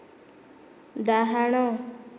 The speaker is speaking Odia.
ଡାହାଣ